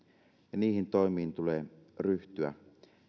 ja niihin toimiin tulee ryhtyä